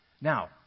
Now